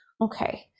Okay